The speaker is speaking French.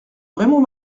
raymond